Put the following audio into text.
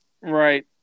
Right